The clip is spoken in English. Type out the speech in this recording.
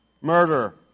Murder